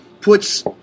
puts